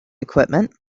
equipment